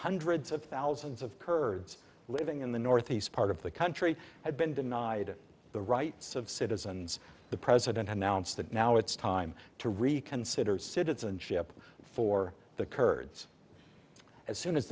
hundreds of thousands of kurds living in the northeast part of the country had been denied the rights of citizens the president announced that now it's time to reconsider citizenship for the kurds as soon as